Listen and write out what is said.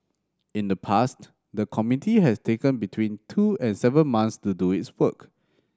in the past the committee has taken between two and seven months to do its work